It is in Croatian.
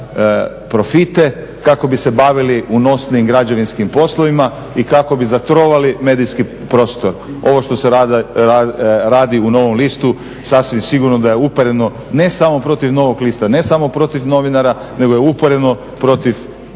kako bi se bavili unosnijim građevinskim poslovima i kako bi zatrovali medijski prostor. Ovo što se radi u Novom listu sasvim sigurno da je upereno ne samo protiv Novog lista, ne samo protiv novinara nego je upereno protiv